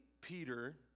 Peter